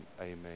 Amen